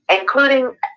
including